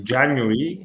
January